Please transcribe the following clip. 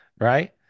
right